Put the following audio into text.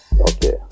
Okay